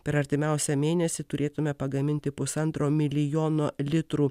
per artimiausią mėnesį turėtume pagaminti pusantro milijono litrų